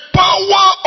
power